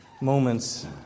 moments